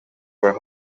were